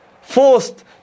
Forced